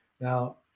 Now